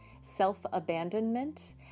self-abandonment